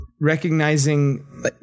recognizing